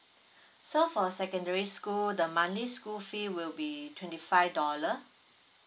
so for secondary school the monthly school fee will be twenty five dollar